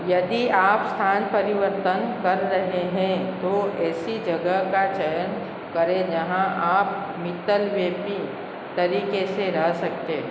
यदि आप स्थान परिवर्तन कर रहे हैं तो ऐसी जगह का चयन करें जहाँ आप मित्तलवेपी तरीके से रह सकते